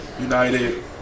United